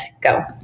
go